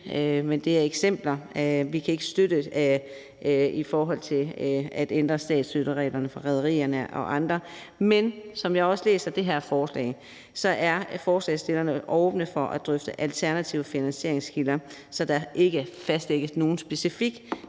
men det er eksempler på forslag. Vi kan ikke støtte at ændre statsstøttereglerne for rederierne og andre ting, men som jeg læser det her forslag, er forslagsstillerne åbne for at drøfte alternative finansieringskilder, så der ikke fastlægges en specifik